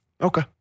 Okay